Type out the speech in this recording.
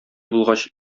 булгач